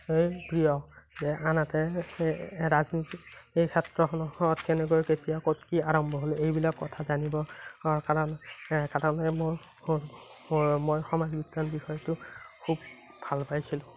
খুবেই প্ৰিয় আনহাতে ৰাজনীতিৰ ক্ষেত্ৰখনত কেনেকৈ কেতিয়া ক'ত কি আৰম্ভ হ'ল এইবিলাক কথা জানিবৰ কাৰণে কাৰণে মই মই সমাজ বিজ্ঞান বিষয়টো খুব ভাল পাইছিলোঁ